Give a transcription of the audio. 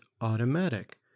automatic